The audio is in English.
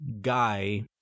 guy